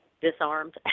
disarmed